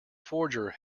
forger